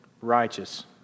righteous